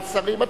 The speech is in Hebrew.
על שרים.